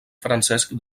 francesc